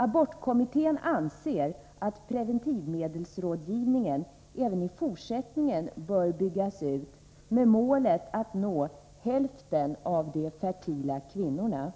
Abortkommittén anser att preventivmedelsrådgivningen även i fortsättningen bör byggas ut med målet att nå hälften av de fertila kvinnorna.